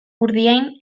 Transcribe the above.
urdiain